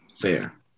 fair